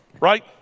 right